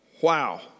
Wow